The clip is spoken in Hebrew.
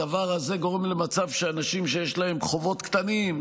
הדבר הזה גורם למצב שבו אנשים שיש להם חובות קטנים,